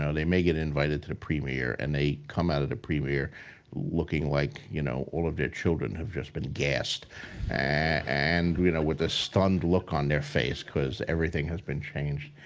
and they may get invited to to premiere and they come out of the premiere looking like you know all of their children have just been gassed and and with a stunned look on their face cause everything has been changed.